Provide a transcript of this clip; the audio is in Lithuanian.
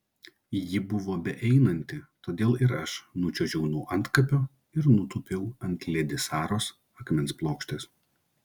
ji buvo beeinanti todėl ir aš nučiuožiau nuo antkapio ir nutūpiau ant ledi saros akmens plokštės